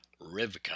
Rivka